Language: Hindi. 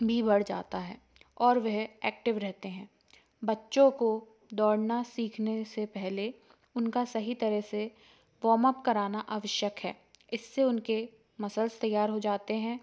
भी बढ़ जाता है और वह एक्टिव रहते हैं बच्चों को दौड़ना सीखने से पहले उनका सही तरह से वाॅम अप कराना आवश्यक है इससे उनके मसल्स तैयार हो जाते हैं